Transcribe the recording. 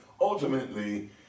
ultimately